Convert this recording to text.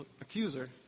accuser